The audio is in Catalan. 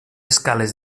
escales